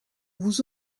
vous